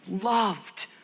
loved